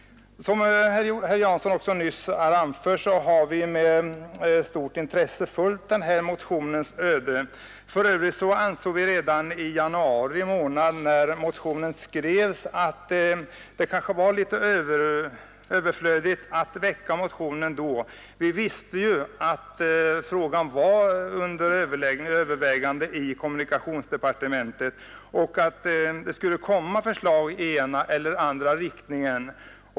Som herr Jansson också nyss anfört har vi med stort intresse följt den här motionens öde. För övrigt ansåg vi redan i januari, när motionen skrevs, att det kanske var litet överflödigt att väcka motionen då. Vi visste ju att frågan var under övervägande i kommunikationsdepartementet och att det skulle komma förslag i ena eller andra riktningen.